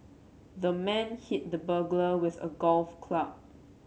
the man hit the burglar with a golf club